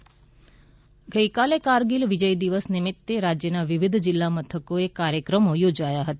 કારગીલ દિવસ ગઇકાલે કારગીલ વિજય દિવસ નિમિત્તે રાજ્યના વિવિધ જીલ્લા મથકોએ કાર્યક્રમો યોજાયા હતા